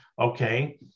Okay